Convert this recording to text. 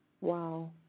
Wow